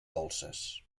dolces